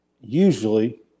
usually